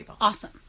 awesome